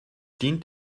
dient